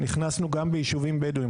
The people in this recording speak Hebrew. נכנסנו גם ליישובים בדואים,